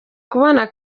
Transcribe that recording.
kubona